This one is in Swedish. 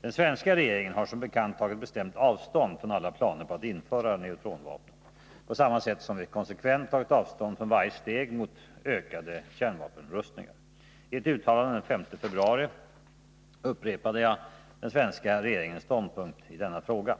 Den svenska regeringen har som bekant tagit bestämt avstånd från alla planer på att införa neutronvapnet, på samma sätt som vi konsekvent tagit avstånd från varje steg mot ökade kärnvapenrustningar. I ett uttalande den 5 februari upprepade jag den svenska regeringens ståndpunkt i denna fråga.